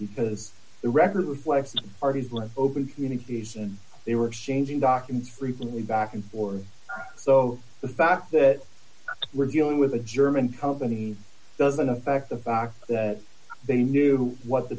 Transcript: because the record reflects an article of open communication they were exchanging documents frequently back and forth so the fact that we're dealing with a german company doesn't affect the fact that they knew what the